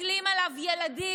מסתכלים עליו ילדים,